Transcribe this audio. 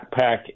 backpack